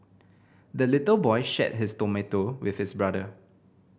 the little boy shared his tomato with his brother